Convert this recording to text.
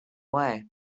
way